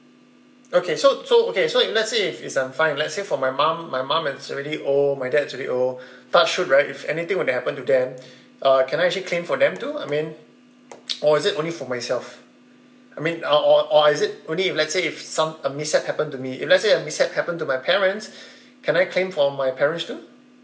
okay so so okay so if let's say if it's uh fine let's say for my mum my mum is already old my dad is already old touch wood right if anything were to happen to them uh can I actually claim for them too I mean or is it only for myself I mean uh or or is it only if let's say if some a mishap happen to me if let's say a mishap happen to my parents can I claim for my parents too